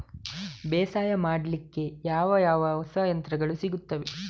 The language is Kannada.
ಬೇಸಾಯ ಮಾಡಲಿಕ್ಕೆ ಯಾವ ಯಾವ ಹೊಸ ಯಂತ್ರಗಳು ಸಿಗುತ್ತವೆ?